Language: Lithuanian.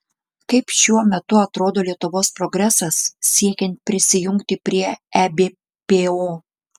kaip šiuo metu atrodo lietuvos progresas siekiant prisijungti prie ebpo